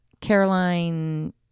Caroline